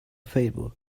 favor